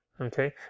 okay